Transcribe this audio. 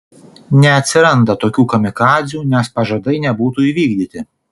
neatsiranda tokių kamikadzių nes pažadai nebūtų įvykdyti